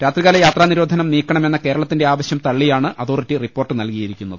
രാത്രികാല യാത്രാനി രോധനം നീക്കണമെന്ന കേരളത്തിന്റെ ആവശ്യം തള്ളിയാണ് അതോറിറ്റി റിപ്പോർട്ട് നൽകിയിരിക്കുന്നത്